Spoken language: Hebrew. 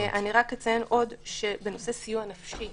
אני רק אציין עוד שבנושא סיוע נפשי